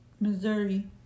Missouri